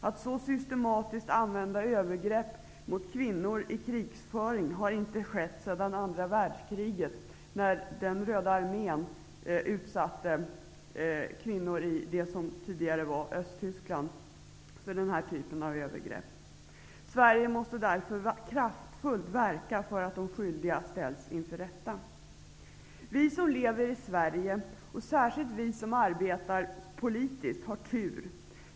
Att man så systematiskt använder övergrepp mot kvinnor i krigföring har inte skett sedan andra världskriget då den röda armén utsatte kvinnor i f.d. Östtyskland för den här typen av övergrepp. Sverige måste därför kraftfullt verka för att de skyldiga ställs inför rätta. Vi som lever i Sverige och särskilt vi som arbetar politiskt har tur.